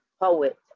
Poet